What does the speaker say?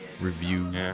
review